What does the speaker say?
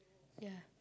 ya